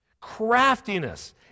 craftiness